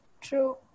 True